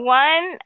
one